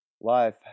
life